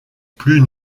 plus